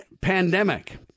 pandemic